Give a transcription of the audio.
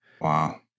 Wow